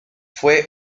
fue